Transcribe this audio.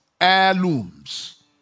heirlooms